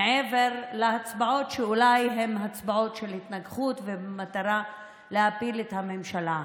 מעבר להצבעות שאולי הן הצבעות של התנגחות ובמטרה להפיל את הממשלה.